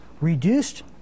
reduced